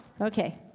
Okay